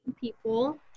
people